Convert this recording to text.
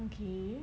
okay